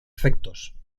efectos